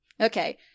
Okay